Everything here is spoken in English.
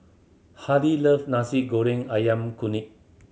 Hardy love Nasi Goreng Ayam Kunyit